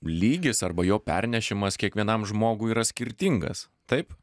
lygis arba jo pernešimas kiekvienam žmogui yra skirtingas taip